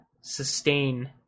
sustain